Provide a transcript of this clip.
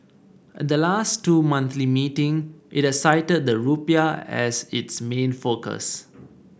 at the last two monthly meeting it has cited the rupiah as its main focus